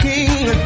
King